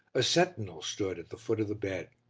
a sentinel stood at the foot of the bed.